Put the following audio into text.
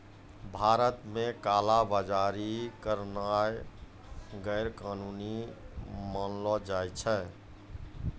भारत मे काला बजारी करनाय गैरकानूनी मानलो जाय छै